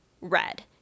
red